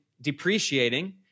Depreciating